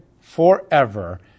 forever